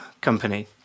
Company